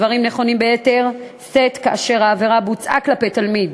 הדברים נכונים ביתר שאת כאשר העבירה בוצעה כלפי תלמיד